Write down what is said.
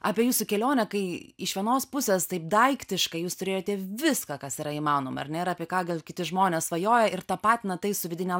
apie jūsų kelionę kai iš vienos pusės taip daiktiškai jūs turėjote viską kas yra įmanoma ar ne ir apie ką gal kiti žmonės svajoja ir tapatina tai su vidine